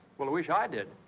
well, i wish i did.